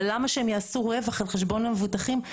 אבל למה שהם יעשו רווח על חשבון המבוטחים?